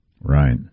Right